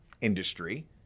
industry